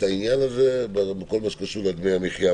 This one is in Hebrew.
העניין הזה בכל מה שקשור לדמי המחייה,